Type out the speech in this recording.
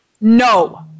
No